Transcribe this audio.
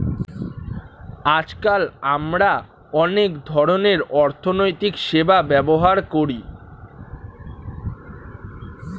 আজকাল আমরা অনেক ধরনের অর্থনৈতিক সেবা ব্যবহার করি